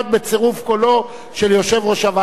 בצירוף קולו של יושב-ראש הוועדה,